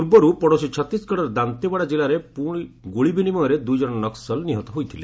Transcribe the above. ପୂର୍ବରୁ ପଡୋଶୀ ଛତିଶଗଡର ଦାନ୍ତେୱାଡା ଜିଲ୍ଲାରେ ଗୁଳି ବିନିମୟରେ ଦୁଇଜଣ ନକ୍କଲ ନିହତ ହୋଇଥିଲେ